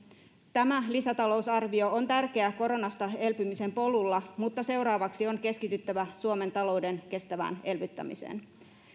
tämä lisätalousarvio on tärkeä koronasta elpymisen polulla mutta seuraavaksi on keskityttävä suomen talouden kestävään elvyttämiseen